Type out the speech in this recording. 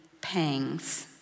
pangs